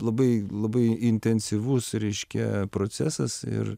labai labai intensyvus reiškia procesas ir